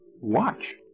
Watch